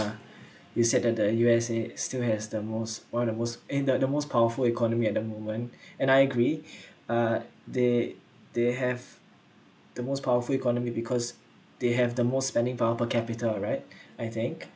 you said that the U_S_A still has the most one of the most in the the most powerful economy at the moment and I agree uh they they have the most powerful economy because they have the most spending power per capita right I think